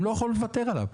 הם לא יכולים לוותר עליו.